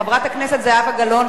חברת הכנסת זהבה גלאון,